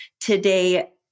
today